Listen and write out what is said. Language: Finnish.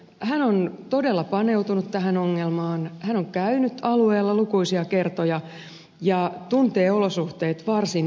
hän on todella paneutunut tähän ongelmaan hän on käynyt alueella lukuisia kertoja ja tuntee olosuhteet varsin hyvin